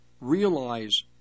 realize